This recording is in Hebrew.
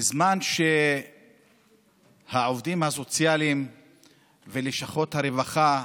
בזמן שהעובדים הסוציאליים בלשכות הרווחה,